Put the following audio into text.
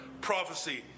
prophecy